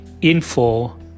info